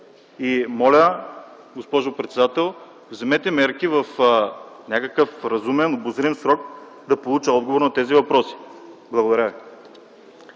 Моля, госпожо председател, вземете мерки в някакъв разумен, обозрим срок да получа отговор на тези въпроси. Благодаря